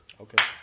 Okay